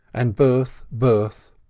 and birth, birth,